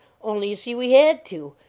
only, you see, we had to,